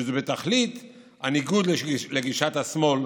וזה בתכלית הניגוד לגישת השמאל,